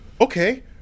okay